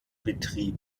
betrieb